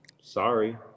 Sorry